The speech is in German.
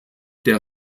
der